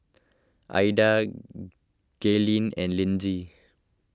Ilda Gaylene and Lindsey